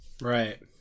right